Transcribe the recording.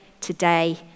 today